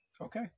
okay